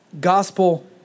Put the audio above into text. Gospel